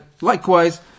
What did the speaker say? likewise